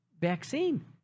vaccine